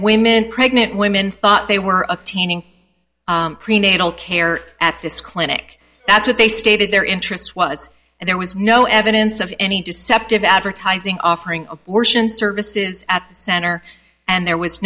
women pregnant women thought they were a teeny prenatal care at this clinic that's what they stated their interest was and there was no evidence of any deceptive advertising offering abortion services at the center and there was